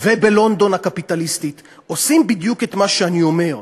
ובלונדון הקפיטליסטית עושים בדיוק את מה שאני אומר,